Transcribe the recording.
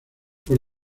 por